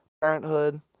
parenthood